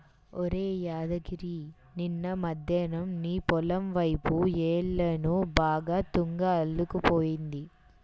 ఒరేయ్ యాదగిరి నిన్న మద్దేన్నం నీ పొలం వైపు యెల్లాను బాగా తుంగ అల్లుకుపోయింది